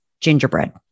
gingerbread